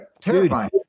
terrifying